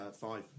Five